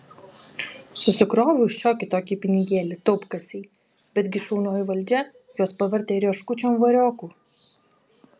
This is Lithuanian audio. susikroviau šiokį tokį pinigėlį taupkasėj bet gi šaunioji valdžia juos pavertė rieškučiom variokų